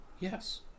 yes